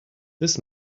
this